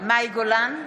מאי גולן,